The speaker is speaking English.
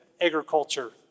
agriculture